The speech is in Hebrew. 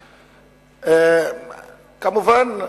כמובן,